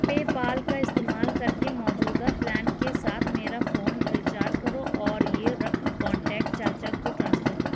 پے پال کا استعمال کر کے موجودہ پلان کے ساتھ میرا فون ریچارج کرو اور یہ رقم کانٹیکٹ چچا کو ٹرانسفر کرو